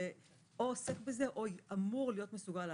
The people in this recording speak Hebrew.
שאו עוסק בזה או אמור להיות מסוגל לעזור.